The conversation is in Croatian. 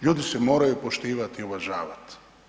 Ljudi se moraju poštivati i uvažavat.